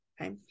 Okay